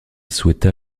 souhaita